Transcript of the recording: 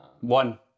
One